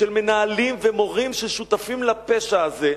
של מנהלים ושל מורים ששותפים לפשע הזה.